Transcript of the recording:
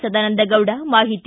ಸದಾನಂದಗೌಡ ಮಾಹಿತಿ